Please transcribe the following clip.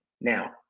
now